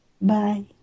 Bye